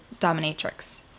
dominatrix